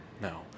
No